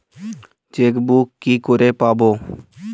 Chequebook কি করে পাবো?